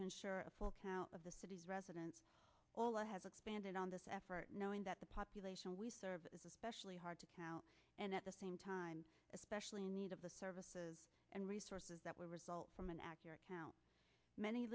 to ensure a full count of the city's residents all of has expanded on knowing that the population we serve is especially hard to count and at the same time especially in need of the services and resources that will result from an accurate count many